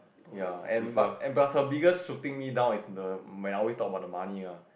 ya and but plus her biggest shooting me down is the when I always talk about the money ah